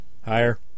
Higher